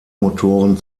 motoren